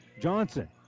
Johnson